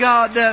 God